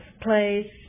place